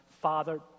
Father